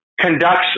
conducts